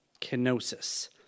Kenosis